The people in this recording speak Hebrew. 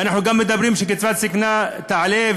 ואנחנו גם מדברים שקצבת זיקנה תועלה,